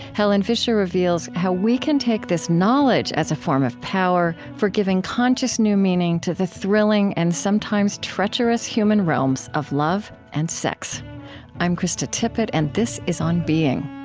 helen fisher reveals how we can take this knowledge as a form of power for giving conscious new meaning to the thrilling, and sometimes treacherous, human realms of love and sex i'm krista tippett, and this is on being